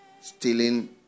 Stealing